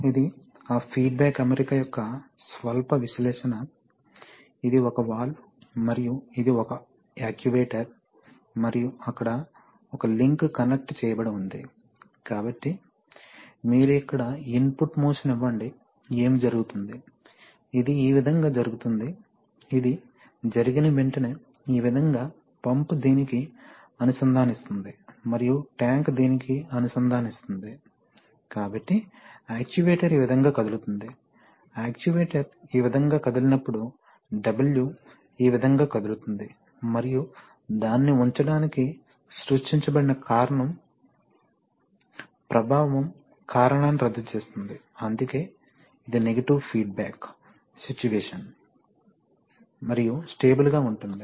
ఇది ఆ ఫీడ్బ్యాక్ అమరిక యొక్క స్వల్ప విశ్లేషణ ఇది ఒక వాల్వ్ మరియు ఇది ఒక యాక్యుయేటర్ మరియు అక్కడ ఒక లింక్ కనెక్ట్ చేయబడి ఉంది కాబట్టి మీరు ఇక్కడ ఇన్పుట్ మోషన్ ఇవ్వండి ఏమి జరుగుతుంది ఇది ఈ విధంగా జరుగుతుంది ఇది జరిగిన వెంటనే ఈ విధంగా పంప్ దీనికి అనుసంధానిస్తుంది మరియు ట్యాంక్ దీనికి అనుసంధానిస్తుంది కాబట్టి యాక్యుయేటర్ ఈ విధంగా కదులుతుంది యాక్చుయేటర్ ఈ విధంగా కదిలినప్పుడు W ఈ విధంగా కదులుతుంది మరియు దానిని ఉంచడానికి సృష్టించబడిన కారణం ప్రభావం కారణాన్ని రద్దు చేస్తుంది అందుకే ఇది నెగటివ్ ఫీడ్బాక్క్ సిట్యుయేషన్ మరియు స్టేబుల్గా ఉంటుంది